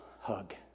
hug